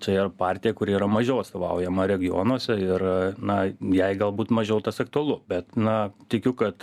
čia yra partija kuri yra mažiau atstovaujama regionuose ir na jai galbūt mažiau tas aktualu bet na tikiu kad